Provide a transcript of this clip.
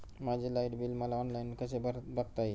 माझे light bill मला online कसे बघता येईल?